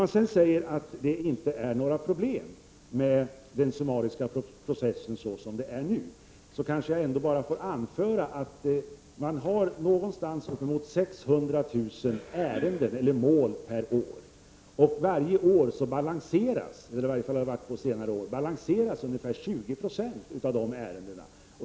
Eftersom man säger att det inte är några problem med den summariska processen i dag, kanske jag ändå får anföra att det rör sig om uppemot 600 000 ärenden eller mål per år. Varje år balanseras, i varje fall under senare år, ungefär 20 90 av ärendena.